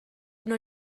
non